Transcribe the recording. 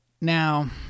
now